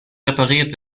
repariert